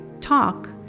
talk